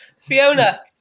Fiona